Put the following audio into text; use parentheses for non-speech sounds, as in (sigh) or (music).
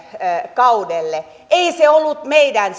kaudelle ei se ollut meidän (unintelligible)